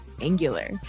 Angular